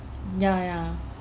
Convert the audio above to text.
ya ya